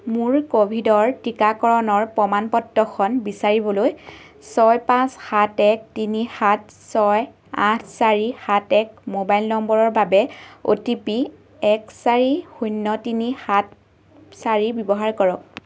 মোৰ ক'ভিডৰ টিকাকৰণৰ প্ৰমাণ পত্ৰখন বিচাৰিবলৈ ছয় পাঁচ সাত এক তিনি সাত ছয় আঠ চাৰি সাত এক মোবাইল নম্বৰৰ বাবে অ' টি পি এক চাৰি শূন্য তিনি সাত চাৰি ব্যৱহাৰ কৰক